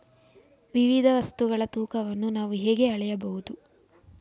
ವಿವಿಧ ವಸ್ತುಗಳ ತೂಕವನ್ನು ನಾವು ಹೇಗೆ ಅಳೆಯಬಹುದು?